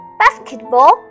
basketball